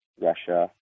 Russia